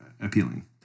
appealing